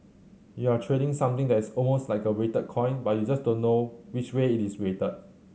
you're trading something that is almost like a weighted coin but you just don't know which way it is weighted